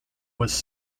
was